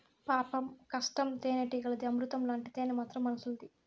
పాపం కష్టం తేనెటీగలది, అమృతం లాంటి తేనె మాత్రం మనుసులది